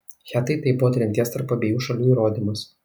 hetai tai buvo trinties tarp abiejų šalių įrodymas